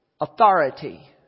authority